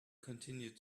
continued